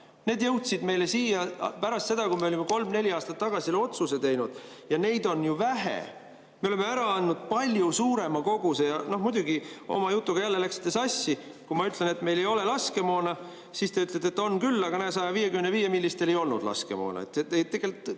Need jõudsid meile siia pärast seda, kui me olime kolm-neli aastat tagasi selle otsuse teinud, ja neid on ju vähe. Me oleme ära andnud palju suurema koguse. Ja muidugi oma jutuga jälle läksite sassi. Kui ma ütlen, et meil ei ole laskemoona, siis te ütlete, et on küll, aga 155-millistel ei olnud laskemoona. Tegelikult